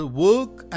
work